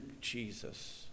Jesus